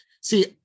See